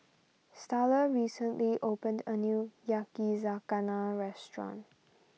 Starla recently opened a new Yakizakana restaurant